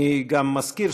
אני גם מזכיר,